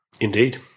Indeed